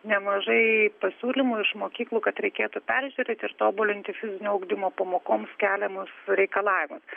nemažai pasiūlymų iš mokyklų kad reikėtų peržiūrėti ir tobulinti fizinio ugdymo pamokoms keliamus reikalavimus